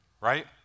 right